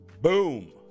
Boom